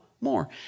more